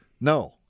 No